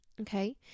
okay